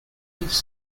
his